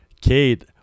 Kate